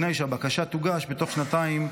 ובתנאי שהבקשה תוגש בתוך שנתיים,